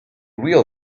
real